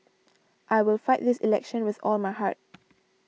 I will fight this election with all my heart